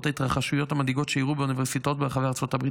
ההתרחשויות המדאיגות שאירעו באוניברסיטאות ברחבי ארה"ב.